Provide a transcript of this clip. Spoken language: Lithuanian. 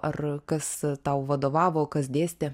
ar kas tau vadovavo kas dėstė